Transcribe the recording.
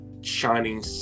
shining